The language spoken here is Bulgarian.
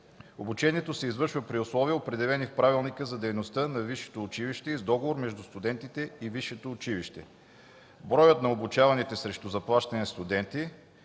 Обучението се извършва при условия, определени в правилника за дейността на висшето училище и с договор между студентите и висшето училище. Броят на обучаваните срещу заплащане студенти